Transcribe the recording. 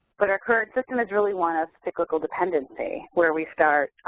but our current system is really one of cyclical dependency where we start